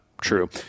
true